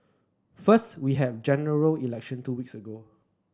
first we had General Election two weeks ago